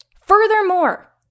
Furthermore